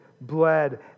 bled